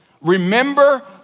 Remember